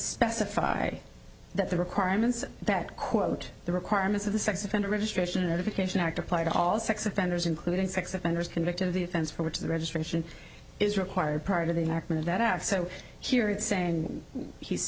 specify that the requirements that quote the requirements of the sex offender registration education act apply to all sex offenders including sex offenders convicted of the offense for which the registration is required part of that out so here and saying he's